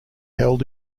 held